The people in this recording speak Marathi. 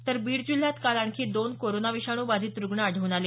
तर बीड जिल्ह्यात काल आणखी दोन कोरोना विषाणू बाधित रुग्ण आढळून आले